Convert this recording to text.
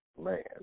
man